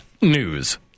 news